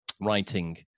writing